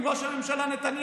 לתגובה.